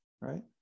right